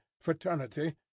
Fraternity